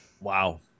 wow